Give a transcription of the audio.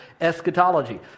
Eschatology